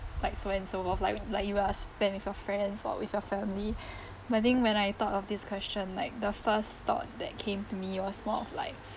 like so on and so forth like like you are spend with your friends or with your family but I think when I thought of this question like the first thought that came to me was more of like